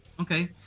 Okay